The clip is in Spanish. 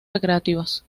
recreativos